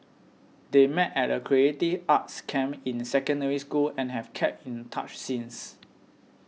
they met at a creative arts camp in Secondary School and have kept in touch since